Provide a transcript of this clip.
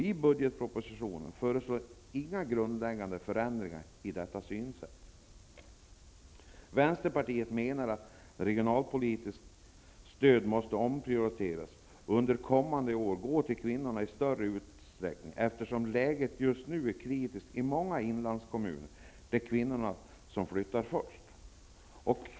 I budgetpropositionen föreslås inga grundläggande förändringar i fråga om detta synsätt. Vi i Vänsterpartiet menar att det regionalpolitiska stödet måste omprioriteras och att det under kommande år i större utsträckning skall gå till kvinnorna. Läget just nu är ju kritiskt i många inlandskommuner. Där är det kvinnorna som flyttar först.